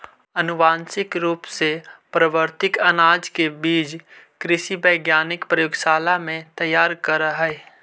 अनुवांशिक रूप से परिवर्तित अनाज के बीज कृषि वैज्ञानिक प्रयोगशाला में तैयार करऽ हई